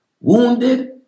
wounded